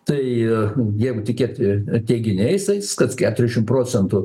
tai jeigu tikėti teiginiais tais kad keturiasdešim procentų